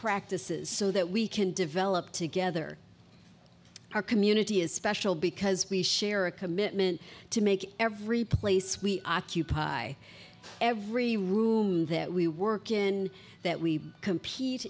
practices so that we can develop together our community is special because we share a commitment to make every place we occupy every room that we work in that we compete